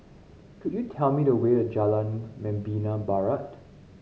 could you tell me the way to Jalan Membina Barat